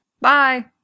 Bye